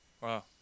Wow